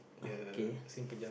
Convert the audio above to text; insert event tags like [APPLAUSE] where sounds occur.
okay [BREATH]